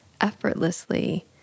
effortlessly